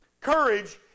Courage